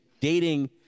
dating